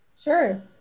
Sure